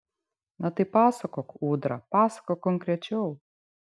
na tai pasakok ūdra pasakok konkrečiau